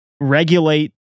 regulate